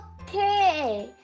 Okay